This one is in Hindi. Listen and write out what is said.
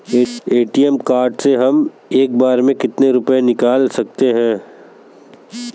ए.टी.एम कार्ड से हम एक बार में कितने रुपये निकाल सकते हैं?